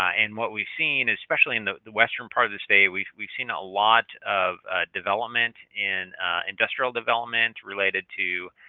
ah and what we've seen, especially in the the western part of the state, we've we've seen a lot of development and industrial development related to